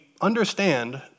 understand